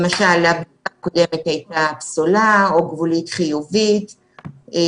למשל אם הבדיקה הקודמת הייתה פסולה או גבולית-חיובית או